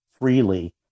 freely